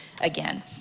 again